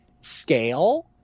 scale